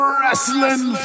Wrestling